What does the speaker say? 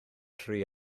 tri